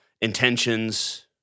intentions